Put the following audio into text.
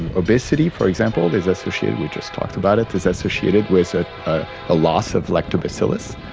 and obesity for example is associated, we just talked about it, is associated with a ah ah loss of lactobacillus.